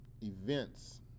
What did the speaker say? events